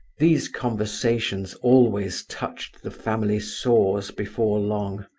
these conversations always touched the family sores before long.